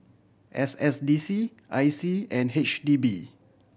S S D C I C and H D B